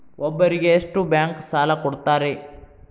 ಒಬ್ಬರಿಗೆ ಎಷ್ಟು ಬ್ಯಾಂಕ್ ಸಾಲ ಕೊಡ್ತಾರೆ?